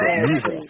music